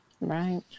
Right